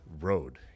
road